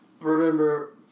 remember